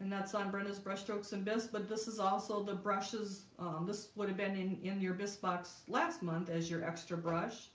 and that's on brenda's brush strokes and bits but this is also the brushes this would have been in in your best box last month as your extra brush